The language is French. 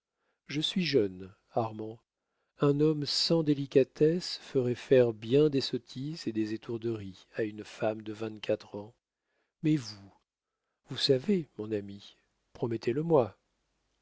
je suis jeune armand un homme sans délicatesse ferait faire bien des sottises et des étourderies à une femme de vingt-quatre ans mais vous vous serez mon ami promettez le moi